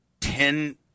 ten